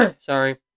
sorry